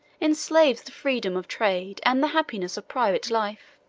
enslaves the freedom of trade and the happiness of private life.